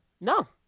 No